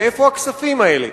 מאיפה הכספים האלה?